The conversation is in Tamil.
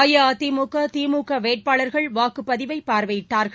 அஇஅதிமுக திமுக வேட்பாளர்கள் வாக்குப்பதிவை பார்வையிட்டார்கள்